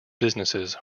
businesses